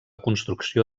construcció